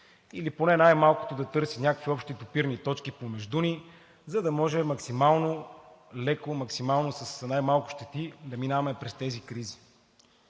или поне най-малкото да търси някакви общи допирни точки помежду си, за да може максимално леко, максимално с най-малко щети да минава през тези кризи.